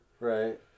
Right